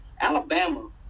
Alabama